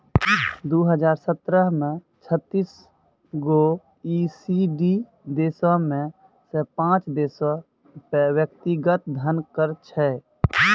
दु हजार सत्रह मे छत्तीस गो ई.सी.डी देशो मे से पांच देशो पे व्यक्तिगत धन कर छलै